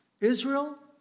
Israel